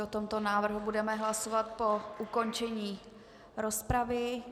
O tomto návrhu budeme hlasovat po ukončení rozpravy.